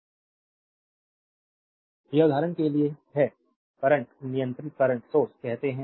slide time देखें 1502 यह उदाहरण के लिए है करंट नियंत्रित करंट सोर्स कहते हैं